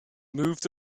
moved